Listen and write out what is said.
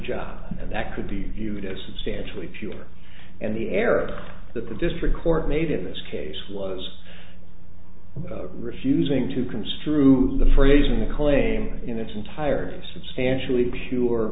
job and that could be viewed as substantially fewer and the air that the district court made in this case was refusing to construe the phrasing the claim in its entirety and substantially pure